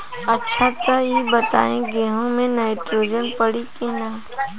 अच्छा त ई बताईं गेहूँ मे नाइट्रोजन पड़ी कि ना?